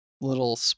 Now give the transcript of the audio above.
little